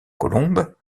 colombes